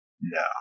No